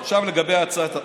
כן, עכשיו לגבי, אוקיי.